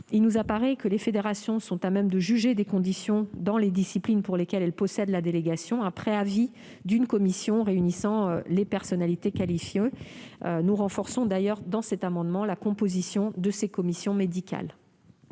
il nous apparaît que les fédérations sont à même de juger des conditions d'exercice des disciplines pour lesquelles elles possèdent la délégation, après avis d'une commission réunissant les personnalités qualifiées. Cet amendement tend d'ailleurs aussi à renforcer la composition de ces commissions médicales.